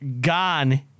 gone